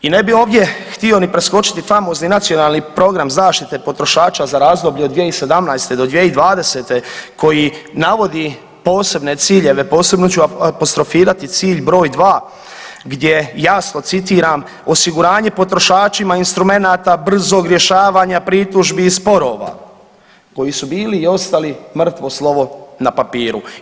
I ne bih ovdje htio ni preskočiti famozni Nacionalni program zaštite potrošača za razdoblje 2017. do 2020. koji navodi posebne ciljeve, posebno ću apostrofirati cilj broj dva gdje jasno citiram: „Osiguranje potrošačima instrumenata brzog rješavanja pritužbi i sporova koji su bili i ostali mrtvo slovo na papiru“